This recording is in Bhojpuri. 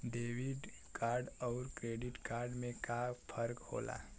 डेबिट कार्ड अउर क्रेडिट कार्ड में का फर्क होला?